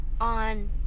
On